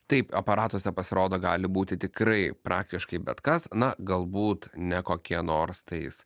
taip aparatuose pasirodo gali būti tikrai praktiškai bet kas na galbūt ne kokie nors tais